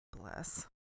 Bless